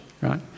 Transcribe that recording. right